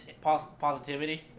positivity